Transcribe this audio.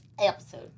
episode